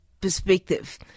perspective